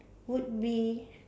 would be